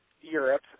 Europe